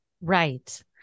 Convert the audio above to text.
Right